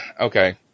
okay